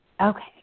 Okay